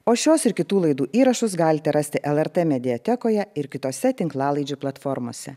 o šios ir kitų laidų įrašus galite rasti lrt mediatekoje ir kitose tinklalaidžių platformose